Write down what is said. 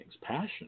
passion